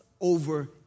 over